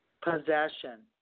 possession